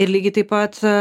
ir lygiai taip pat